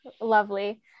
lovely